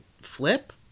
flip